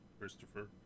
Christopher